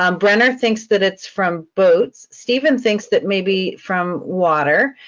um brenner thinks that it's from boats. steven thinks that maybe from water.